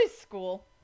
school